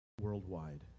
worldwide